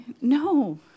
no